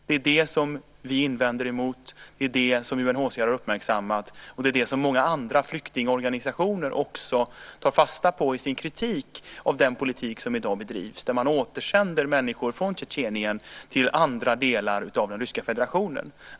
Det är detta som vi invänder mot, och det är detta som UNHCR har uppmärksammat och som också många andra flyktingorganisationer tar fasta på i sin kritik av den politik som i dag bedrivs - man återsänder alltså människor från Tjetjenien till andra delar av den Ryska federationen.